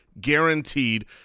guaranteed